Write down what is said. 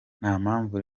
ntampamvu